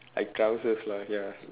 I lah ya